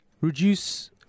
reduce